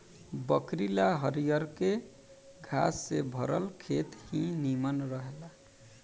बकरी ला हरियरके घास से भरल खेत ही निमन रहेला